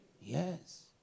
Yes